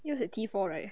you is a T four right